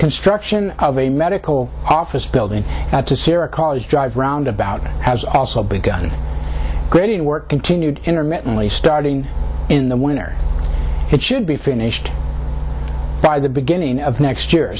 construction of a medical office building at the sierra college drive roundabout has also begun grading work continued intermittently starting in the winter it should be finished by the beginning of next year